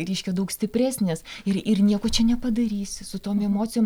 reiškia daug stipresnės ir ir nieko čia nepadarysi su tom emocijom